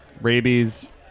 Rabies